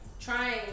trying